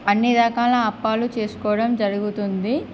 అన్ని రకాల అప్పాలు చేసుకోవడం జరుగుతుంది